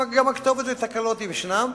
הוא גם הכתובת לתקלות אם ישנן,